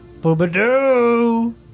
Boobadoo